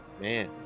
man